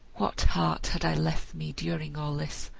what heart had i left me, during all this,